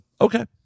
okay